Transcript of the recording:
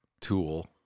tool